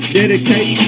dedicate